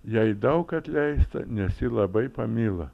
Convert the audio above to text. jai daug atleista nes ji labai pamilo